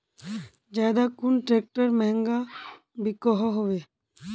ज्यादा कुन ट्रैक्टर महंगा बिको होबे?